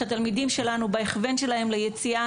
שהתלמידים שלנו בהכוון שלהם ליציאה